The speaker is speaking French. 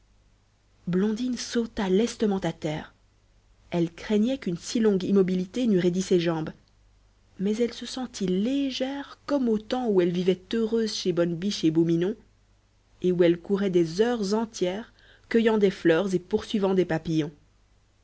blondine sauta lestement à terre elle craignait qu'une si longue immobilité n'eût raidi ses jambes mais elle se sentit légère comme au temps où elle vivait heureuse chez bonne biche et beau minon et où elle courait des heures entières cueillant des fleurs et poursuivant des papillons